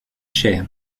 cher